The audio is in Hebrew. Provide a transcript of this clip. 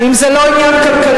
אם זה לא עניין כלכלי,